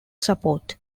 support